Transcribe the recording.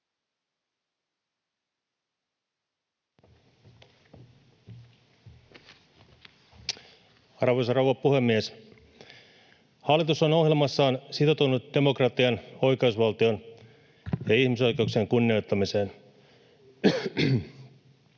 Arvoisa rouva puhemies! Hallitus on ohjelmassaan sitoutunut demokratian, oikeusvaltion ja ihmisoikeuksien kunnioittamiseen.